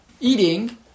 eating